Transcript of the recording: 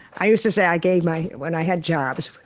i used to say i gave my when i had jobs,